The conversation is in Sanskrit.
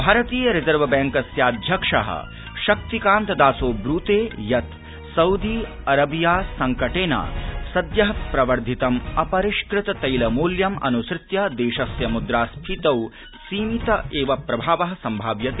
भारतीय रिजर्व बैंकस्याध्यक्षः शक्ति कान्त दासो ब्रूते यत् सउदी अरबिया संकटेन सद्यः प्रवर्धितम् अपरिष्कृत तैल मूल्यम् अनुसृत्य देशस्य मुद्रास्फीतौ सीमित एव प्रभावः संभाव्यते